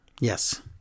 Yes